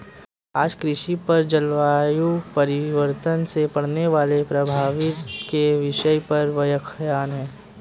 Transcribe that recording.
आज कृषि पर जलवायु परिवर्तन से पड़ने वाले प्रभाव के विषय पर व्याख्यान है